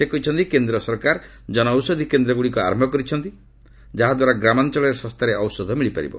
ସେ କହିଛନ୍ତି କେନ୍ଦ୍ର ସରକାର ଜନଔଷଧୀ କେନ୍ଦ୍ରଗୁଡ଼ିକ ଆରମ୍ଭ କରିଛନ୍ତି ଯାହାଦ୍ୱାରା ଗ୍ରାମାଞ୍ଚଳରେ ଶସ୍ତାରେ ଔଷଧ ମିଳିପାରିବ